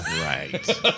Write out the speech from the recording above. Right